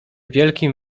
wielkim